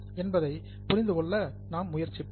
என்பதை புரிந்து கொள்ள நாம் முயற்சிப்போம்